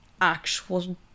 actual